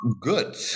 good